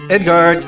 Edgar